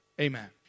Amen